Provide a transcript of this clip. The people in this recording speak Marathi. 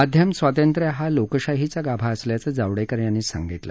माध्यमस्वातंत्र्य हा लोकशाहीचा गाभा असल्याच जावडेकर यांनी सांगितलं